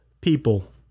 people